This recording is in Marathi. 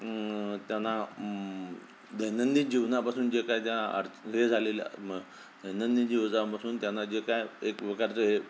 त्यांना दैनंदिन जीवनापासून जे काय त्या अडचण हे झालेलं म दैनंदिन जीवसापासून त्यांना जे काय एक प्रकारचं हे